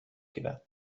گیرند